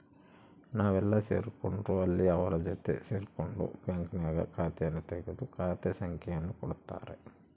ನಾವೆಲ್ಲೇ ಸೇರ್ಕೊಂಡ್ರು ಅಲ್ಲಿ ಅವರ ಜೊತೆ ಸೇರ್ಕೊಂಡು ಬ್ಯಾಂಕ್ನಾಗ ಖಾತೆಯನ್ನು ತೆಗೆದು ಖಾತೆ ಸಂಖ್ಯೆಯನ್ನು ಕೊಡುತ್ತಾರೆ